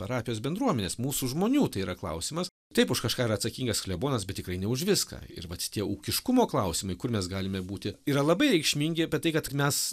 parapijos bendruomenės mūsų žmonių tai yra klausimas taip už kažką yra atsakingas klebonas bet tikrai ne už viską ir vat tie ūkiškumo klausimai kur mes galime būti yra labai reikšmingi bet tai kad mes